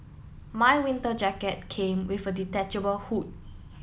my winter jacket came with a detachable hood